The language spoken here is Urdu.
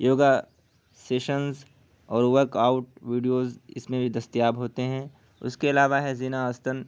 یوگا سیشنس اور ورک آؤٹ ویڈیوز اس میں بھی دستیاب ہوتے ہیں اس کے علاوہ ہے زینا آستن